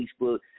Facebook